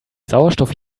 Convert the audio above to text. sauerstoff